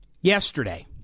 yesterday